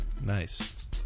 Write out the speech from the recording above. nice